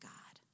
God